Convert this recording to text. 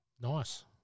Nice